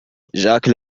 جاك